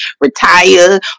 retire